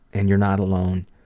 and you're not alone.